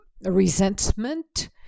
resentment